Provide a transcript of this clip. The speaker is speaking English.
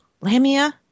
Lamia